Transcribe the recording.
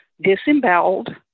disemboweled